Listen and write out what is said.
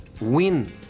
win